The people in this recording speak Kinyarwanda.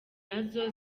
nazo